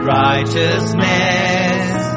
righteousness